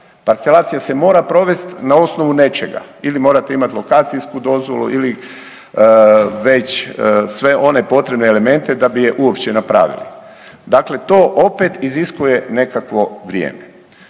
Parcelacija se mora provesti na osnovu nečega ili morate imati lokacijsku dozvolu ili već sve one potrebne elemente da bi je uopće napravili, dakle to opet iziskuje nekakvo vrijeme.